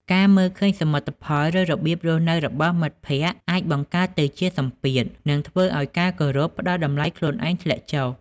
ការមើលឃើញសមិទ្ធផល ឬរបៀបរស់នៅរបស់មិត្តភ័ក្តិអាចបង្កើតទៅជាសម្ពាធ និងធ្វើឱ្យការគោរព ផ្ដល់តម្លៃខ្លួនឯងធ្លាក់ចុះ។